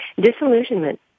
Disillusionment